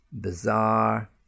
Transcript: bizarre